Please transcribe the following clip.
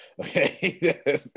Okay